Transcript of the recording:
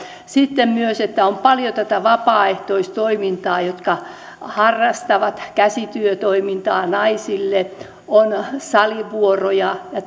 sitten myös on paljon tätä vapaaehtoistoimintaa niille jotka harrastavat käsityötoimintaa naisille on salivuoroja ja